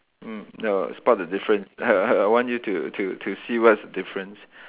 mm no spot the difference I I want you to to to see what's the difference